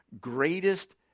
greatest